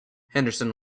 henderson